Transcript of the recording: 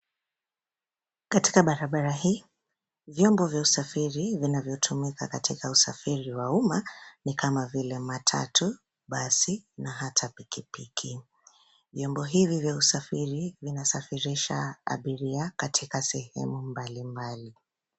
Katika barabara hii, vyombo vya usafiri vinavyotumika katika usafiri wa umma, ni kama vile matatu, basi na hata pikipiki. Vyombo hivi vya usafiri vinasafirisha abiria katika sehemu mbalimbali.